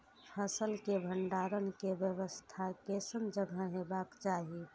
फसल के भंडारण के व्यवस्था केसन जगह हेबाक चाही?